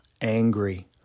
angry